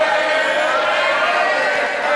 פיתוח לאומי, לשנת התקציב